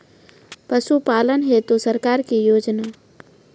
पशुपालन हेतु सरकार की योजना?